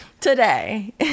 today